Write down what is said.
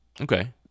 Okay